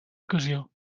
ocasió